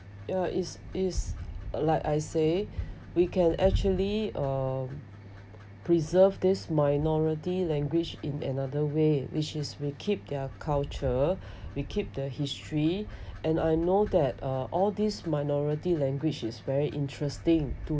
ya is is uh like I say we can actually uh preserve this minority language in another way which is we keep their culture we keep the history and I know that uh all these minority language is very interesting